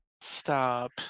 Stop